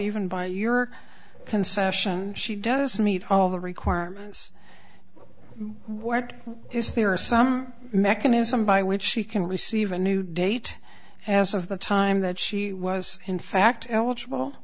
even by your concession she does meet all the requirements where it is there are some mechanism by which she can receive a new date as of the time that she was in fact eligible